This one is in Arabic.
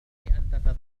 المهم